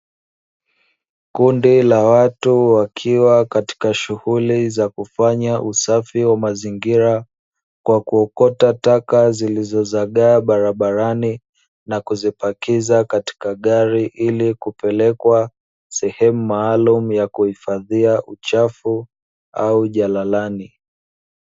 Kundi la watu wakiwa katika shughuli za kufanya usafi wa mazingira, kwa kuokota taka zilizozagaa barabarani, na kuzipakiza katika gari ili kupelekwa sehemu maalumu ya kuhifadhia uchafu au jalalani.